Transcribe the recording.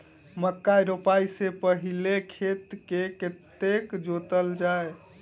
मक्का रोपाइ सँ पहिने खेत केँ कतेक जोतल जाए?